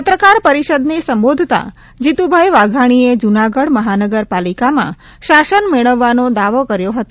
પત્રકાર પરિષદને સંબોધતા જીતુભાઇ વાઘાણીએ જ્રનાગઢ મહાનગર પાલિકામાં શાસન મેળવવાનો દાવો કર્યો હતો